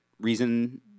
reason